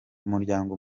umuryango